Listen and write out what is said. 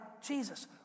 Jesus